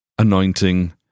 anointing